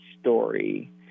story